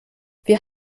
wir